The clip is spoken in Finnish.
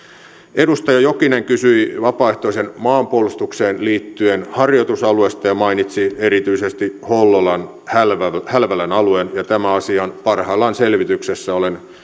edustaja jokinen kysyi vapaaehtoiseen maanpuolustukseen liittyen harjoitusalueista ja mainitsi erityisesti hollolan hälvälän hälvälän alueen ja tämä asia on parhaillaan selvityksessä olen